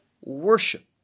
worship